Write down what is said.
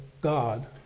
God